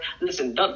listen